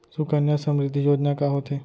सुकन्या समृद्धि योजना का होथे